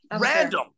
Random